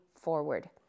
forward